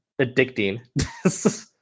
addicting